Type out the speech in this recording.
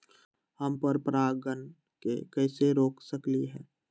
हम पर परागण के कैसे रोक सकली ह?